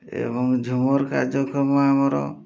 ଏବଂ ଝୁମର କାର୍ଯ୍ୟକ୍ରମ ଆମର